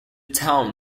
town